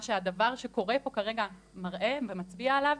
שמה שהדבר שקורה פה כרגע מראה ומצביע עליו,